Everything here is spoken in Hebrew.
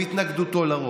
בהתנגדותו לרוב,